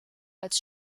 als